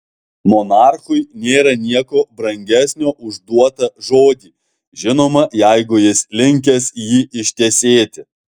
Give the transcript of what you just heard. monarchui nėra nieko brangesnio už duotą žodį žinoma jeigu jis linkęs jį ištesėti